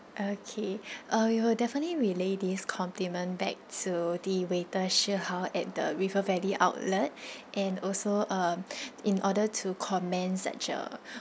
okay uh we will definitely relay this compliment back to the waiter shee hao at the river valley outlet and also um in order to comment such a